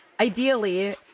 Ideally